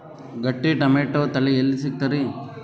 ಗಟ್ಟಿ ಟೊಮೇಟೊ ತಳಿ ಎಲ್ಲಿ ಸಿಗ್ತರಿ?